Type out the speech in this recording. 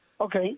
Okay